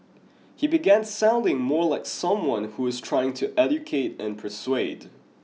he began sounding more like someone who was trying to educate and persuade